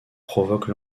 provoquent